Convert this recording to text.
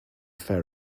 fur